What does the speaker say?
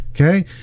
okay